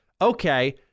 okay